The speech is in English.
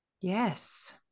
Yes